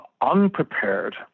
unprepared